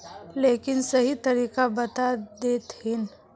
लेकिन सही तरीका बता देतहिन?